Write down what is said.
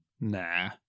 nah